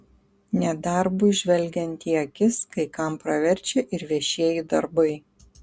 nedarbui žvelgiant į akis kai kam praverčia ir viešieji darbai